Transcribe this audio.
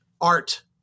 art